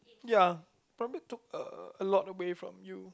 ya probably took a lot away from you